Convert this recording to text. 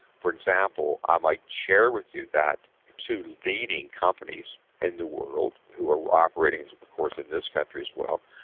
for example, i might share with you that two leading companies in the world, who are operating of course in this country as well,